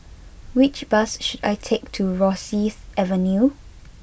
which bus should I take to Rosyth Avenue